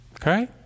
Okay